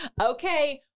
Okay